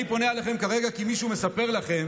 אני פונה אליכם כרגע כי מישהו מספר לכם